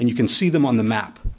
and you can see them on the map